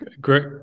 Great